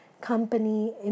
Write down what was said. company